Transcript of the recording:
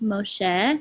Moshe